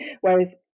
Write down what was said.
Whereas